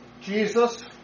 Jesus